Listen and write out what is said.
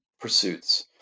pursuits